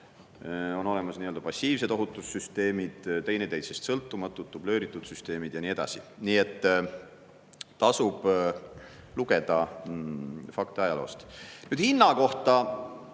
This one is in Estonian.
on olemas nii-öelda passiivsed ohutussüsteemid, teineteisest sõltumatud dubleeritud süsteemid ja nii edasi. Nii et tasub lugeda fakte ajaloost. Nüüd hinna kohta.